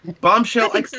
Bombshell